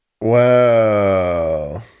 Wow